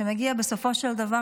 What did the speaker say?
שמגיע בסופו של דבר,